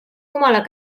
jumala